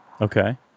Okay